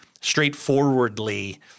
straightforwardly